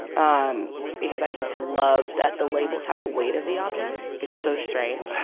um because i just love that the labels have the weight of the objects. it's so strange